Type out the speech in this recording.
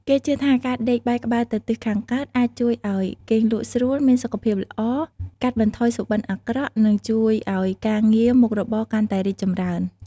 គេជឿថាការដេកបែរក្បាលទៅទិសខាងកើតអាចជួយឱ្យគេងលក់ស្រួល មានសុខភាពល្អ កាត់បន្ថយសុបិនអាក្រក់ និងជួយឱ្យការងារមុខរបរកាន់តែរីកចម្រើន។